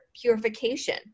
purification